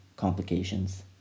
complications